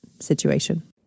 situation